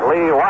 Lee